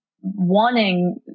wanting